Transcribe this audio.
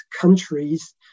countries